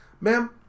ma'am